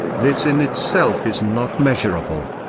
this in itself is not measurable.